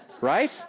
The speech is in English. Right